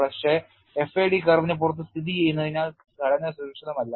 പക്ഷെ FAD കർവിന് പുറത്ത് സ്ഥിതിചെയ്യുന്നതിനാൽ ഘടന സുരക്ഷിതമല്ല